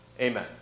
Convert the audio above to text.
Amen